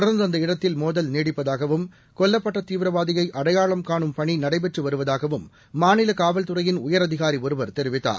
தொடர்ந்து அந்த இடத்தில் மோதல் நீடிப்பதாகவும் கொல்லப்பட்ட தீவிரவாதியை அடையாளம் கானும் பணி நடைபெற்று வருவதாகவும் மாநில காவல்துறையின் உயரதிகாரி ஒருவர் தெரிவித்தார்